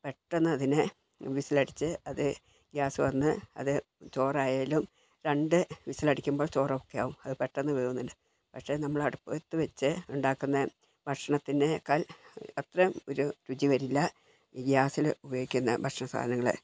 പെട്ടെന്ന് അതിനെ വിസിലടിച്ച് അത് ഗ്യാസ് വന്ന് അത് ചോറായാലും രണ്ട് വിസിലടിക്കുമ്പോൾ ചോർ ഓക്കെയാവും പെട്ടെന്ന് വേവുന്നുണ്ട് പക്ഷെ നമ്മൾ അടുപ്പത്ത് വെച്ച് ഉണ്ടാക്കുന്ന ഭക്ഷണത്തിനേക്കാൾ അത്രയും ഒരു രുചി വരില്ല ഗ്യാസിൽ ഉപയോഗിക്കുന്ന ഭക്ഷണസാധനങ്ങൾ